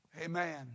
Amen